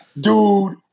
dude